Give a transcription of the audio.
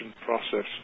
process